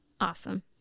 Awesome